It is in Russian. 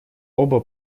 оба